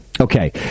Okay